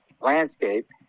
landscape